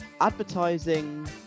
advertising